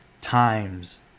times